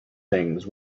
things